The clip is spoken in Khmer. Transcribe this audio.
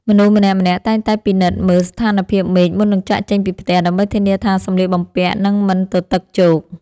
មនុស្សម្នាក់ៗតែងតែពិនិត្យមើលស្ថានភាពមេឃមុននឹងចាកចេញពីផ្ទះដើម្បីធានាថាសម្លៀកបំពាក់នឹងមិនទទឹកជោក។